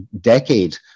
decade